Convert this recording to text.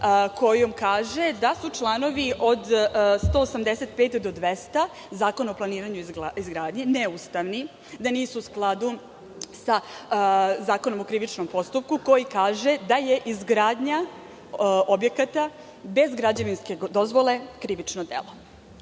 kojom kaže da su članovi od 185. do 200. Zakona o planiranju i izgradnji neustavni, da nisu u skladu sa Zakonom o krivičnom postupku koji kaže da je izgradnja objekata bez građevinske dozvole krivično delo.U